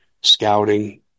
scouting